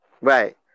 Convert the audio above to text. right